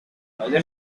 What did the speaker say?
other